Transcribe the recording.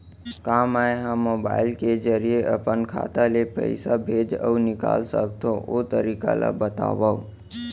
का मै ह मोबाइल के जरिए अपन खाता ले पइसा भेज अऊ निकाल सकथों, ओ तरीका ला बतावव?